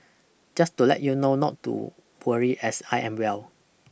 just to let you know not to worry as I am well